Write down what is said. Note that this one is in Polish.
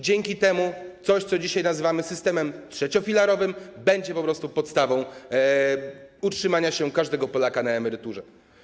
Dzięki temu coś, co dzisiaj nazywamy systemem trzeciofilarowym, będzie po prostu podstawą utrzymania się każdego Polaka na emeryturze.